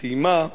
סיימה.